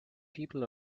people